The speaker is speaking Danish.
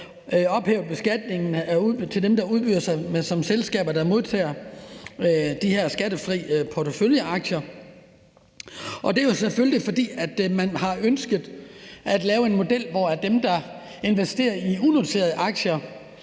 ophævet beskatningen af dem, der udbyder sig som selskaber, der modtager de her skattefri porteføljeaktier. Det er selvfølgelig, fordi man har ønsket at lave en model, hvor dem, der investerer i unoterede aktier,